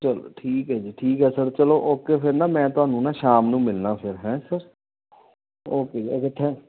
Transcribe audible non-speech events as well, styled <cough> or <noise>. ਚਲੋ ਠੀਕ ਹੈ ਜੀ ਠੀਕ ਹੈ ਸਰ ਚਲੋ ਓਕੇ ਫਿਰ ਨਾ ਮੈਂ ਤੁਹਾਨੂੰ ਨਾ ਸ਼ਾਮ ਨੂੰ ਮਿਲਣਾ ਫਿਰ ਹੈਂ ਸਰ ਓਕੇ ਜੀ <unintelligible>